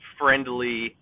friendly